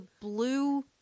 blue